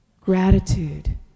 gratitude